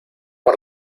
por